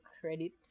credit